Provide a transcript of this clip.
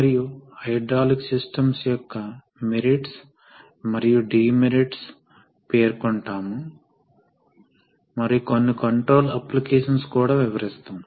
ముఖ్యంగా hydraulic systems చాలా అధిక పవర్ వ్యవస్థలు ఇక్కడ ఎనర్జీ ఆదా చేయడం చాలా ముఖ్యం